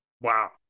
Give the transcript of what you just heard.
Wow